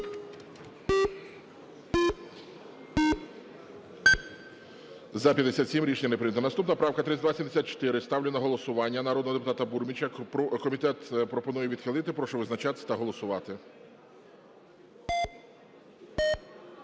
За-57 Рішення не прийнято. Наступна правка 3274, ставлю на голосування, народного депутата Бурміча. Комітет пропонує відхилити. Прошу визначатись та голосувати.